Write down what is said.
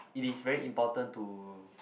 it is very important to